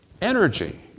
energy